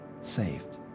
saved